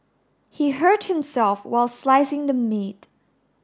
he hurt himself while slicing the meat